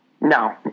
No